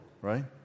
right